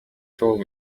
told